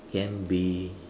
can be